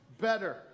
better